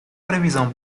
previsão